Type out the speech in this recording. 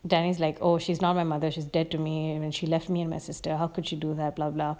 danny's like oh she's not my mother she's dead to me she left me and my sister how could you do that blah blah